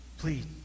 Please